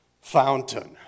fountain